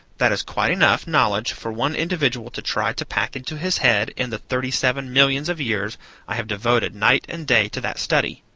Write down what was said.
that is quite enough knowledge for one individual to try to pack into his head in the thirty-seven millions of years i have devoted night and day to that study.